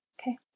Okay